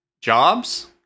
jobs